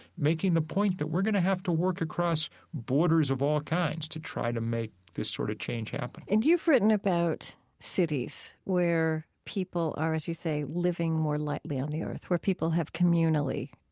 making the point that we're going to have to work across borders of all kinds to try to make this sort of change happen and you've written about cities where people are, as you say, living more lightly on the earth, where people have communally